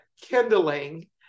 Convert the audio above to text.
kindling